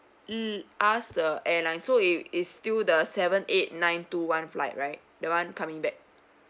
l~ ask the airline so it is still the seven eight nine two one flight right the [one] coming back